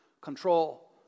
control